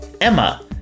Emma